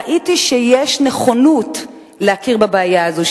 ראיתי שיש נכונות להכיר בבעיה הזאת,